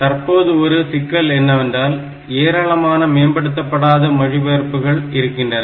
தற்போது ஒரு சிக்கல் என்னவென்றால் ஏராளமான மேம்படுத்தப்படாத மொழிபெயர்ப்புகள் இருக்கின்றன